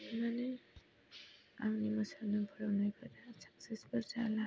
माने आंनि मोसानो फोरोंनायफोरा साक्सेस फोर जाब्ला